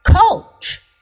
coach